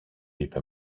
είπε